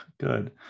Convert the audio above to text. good